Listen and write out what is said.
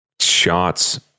shots